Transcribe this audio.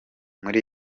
muri